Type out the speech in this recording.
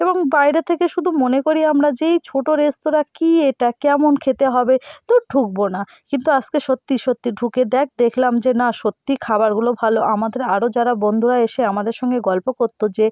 এবং বাইরে থেকে শুধু মনে করি আমরা যে এই ছোট রেস্তোরাঁ কী এটা কেমন খেতে হবে দুর ঢুকবো না কিন্ত আসকে সত্যি সত্যি ঢুকে দেখ দেখলাম যে না সত্যি খাবারগুলো ভালো আমাদের আরো যারা বন্ধুরা এসে আমাদের সঙ্গে গল্প করত যে